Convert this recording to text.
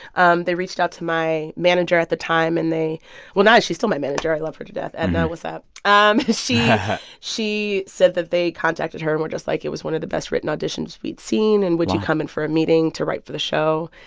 um they reached out to my manager at the time and they well, now she's still my manager. i love her to death, and that was that um she yeah she said that they contacted her and were just like, it was one of the best-written auditions we'd seen, and would you come in for a meeting to write for the show?